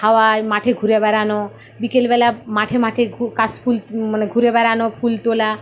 হাওয়ায় মাঠে ঘুরে বেড়ানো বিকেলবেলায় মাঠে মাঠে কাশ ফুল মানে ঘুরে বেড়ানো ফুল তোলা